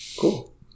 cool